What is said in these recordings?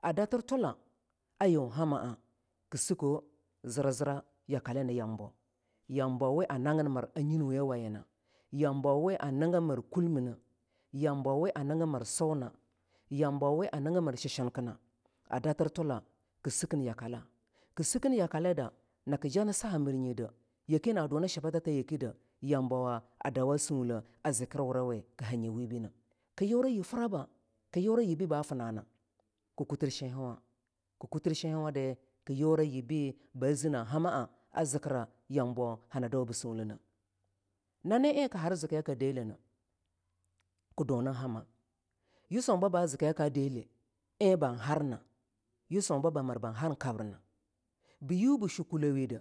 A datir thula a yun hamma a kii sekuwo ziri-zira yakale nii yambo, yambo we a naginmira nyin eyawayina. Yambowe a nigimir kulmine, yambo we a nigimir suena, yambo we anigimir shehinkina a datir tula kii sikkin yakale, kii sikkin yakale da naka jana sahi mir nyide yake na duna shibatatha eke de yambawo a dawo sunleh a zikir wurawi kii hanyi we bii neh kii yura yib fraba kii yura yibbi ba finnana. Kii kutir shenhiwa ii kutir shenhawuda ki ura yibbi ba zii na hamaa a zikira yambo hani dau bu sunlineh nani ein kii har zikiyaka delehe ne kii dunin hamma yii sunbah ba zikigaka deleh ein ban harna yisunba bamir ban har kabrina biyu bu shue kulewide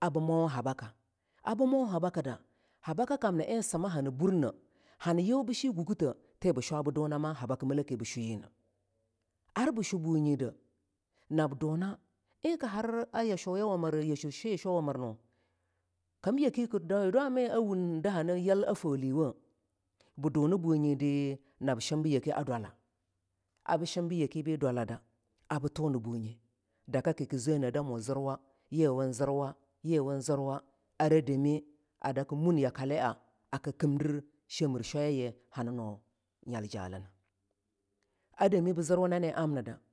bii mowa habaka abii mo habakida habakakamna in imma hani burne hani yubi she gugute tii bii shwa bi dunama habaki mile ki bii shueyine ar bii shubunyide ab duna ein kii har a yashuyawamir a huwshai ta shwawamurnu, kam yake kii due dwami a wung hani yill foahlewoh? bii duni bu nyidi ab shimbu yake a dwala abii shimbu ayake bii dwala da ar bii tuna bunye daka kiki zene damu zirwa, yiwunzirwa yiwun zirwo ara dami a daki mun ya kalia aki kimdir shimir shwaya yi hani nu nyal jalina.